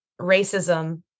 racism